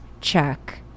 check